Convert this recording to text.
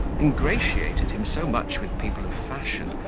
ingratiated him so much with people of fashion,